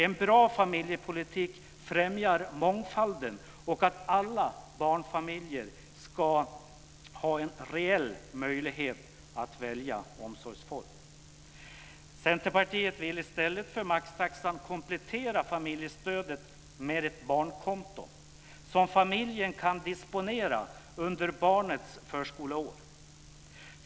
En bra familjepolitik främjar mångfalden och att alla barnfamiljer ska ha en reell möjlighet att välja omsorgsform. Centerpartiet vill i stället för maxtaxan komplettera familjestödet med ett barnkonto, som familjen kan disponera under barnets förskoleår.